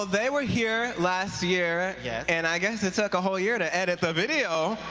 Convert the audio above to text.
they were here last year ah yeah and i guess it took a whole year to edit the video